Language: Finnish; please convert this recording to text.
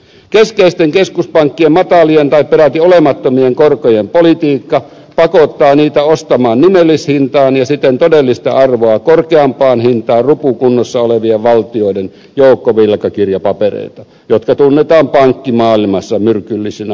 keskeisten keskuspankkien matalien tai peräti olemattomien korkojen politiikka pakottaa niitä ostamaan nimellishintaan ja siten todellista arvoa korkeampaan hintaan rupukunnossa olevien valtioiden joukkovelkakirjapapereita jotka tunnetaan pankkimaailmassa myrkyllisinä omaisuuserinä